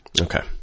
Okay